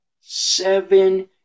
Seven